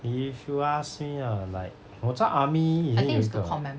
you should ask me lah like 我在 army 也是有一个